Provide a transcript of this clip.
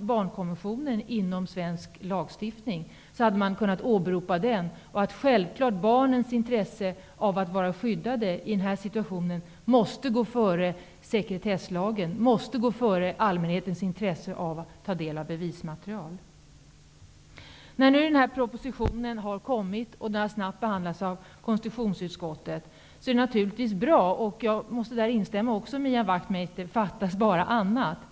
barnkonventionen hade ingått i svensk lagstiftning hade man kunnat åberopa den, och därmed att barnens intresse av att vara skyddade i den här situationen självklart måste gå före sekretesslagen, före allmänhetens intresse av att ta del av bevismaterial. Det är naturligtvis bra att den här propositionen nu har kommit och snabbt har behandlats av konstitutionsutskottet. Jag måste instämma med Ian Wachtmeister: Fattas bara annat!